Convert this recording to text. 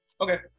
Okay